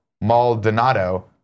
Maldonado